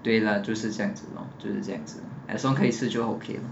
对 lah 就是这样子就是这样子 as long 可以吃就 okay 了